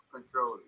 Control